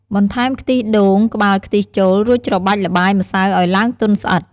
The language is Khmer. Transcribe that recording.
បន្ថែមខ្ទិះដូងក្បាលខ្ទិះចូល រួចច្របាច់ល្បាយម្សៅឱ្យឡើងទន់ស្អិត។